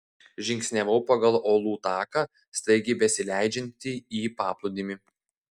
žingsniavau pagal uolų taką staigiai besileidžiantį į paplūdimį